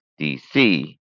DC